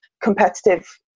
competitive